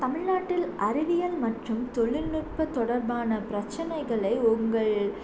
தமிழ்நாட்டில் அறிவியல் மற்றும் தொழில்நுட்பம் தொடர்பான பிரச்சனைகளை உங்கள்